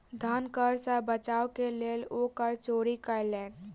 धन कर सॅ बचाव के लेल ओ कर चोरी कयलैन